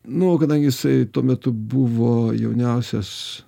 nu o kadangi jisai tuo metu buvo jauniausias